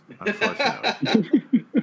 unfortunately